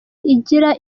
igira